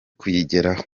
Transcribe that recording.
kuyigeraho